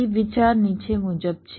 તેથી વિચાર નીચે મુજબ છે